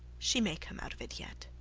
she may come out of it yet.